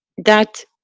that,